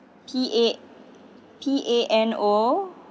P A P A N O